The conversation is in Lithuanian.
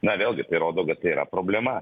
na vėlgi tai rodo kad tai yra problema